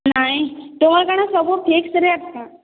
ନାହିଁ ତମର କାଣା ସବୁ ଫିକ୍ସ ରେଟ୍ କଣ